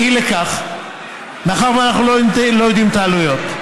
אי לכך, מאחר שאנחנו לא יודעים את העלויות,